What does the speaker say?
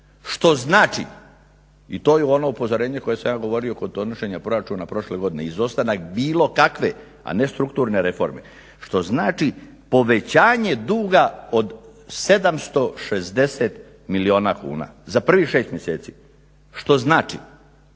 što znači i to je ono upozorenje koje sam ja govorio kod donošenja proračuna prošle godine, izostanak bilo kakve, a ne strukturne reforme što znači povećanje duga od 760 milijuna kuna za prvih 6 mjeseci, što znači